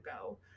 go